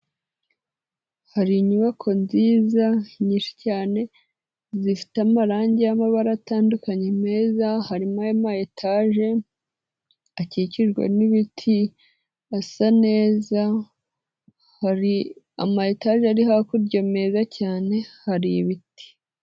Hari inyubako nziza nyinshi cyane zifite amarangi y'amabara atandukanye meza, harimo ama etaje akikirwa n'ibiti asa neza, hari ama etaje ari hakurya meza cyane, hari ibiti.